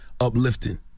uplifting